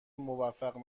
موفق